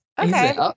Okay